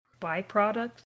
byproduct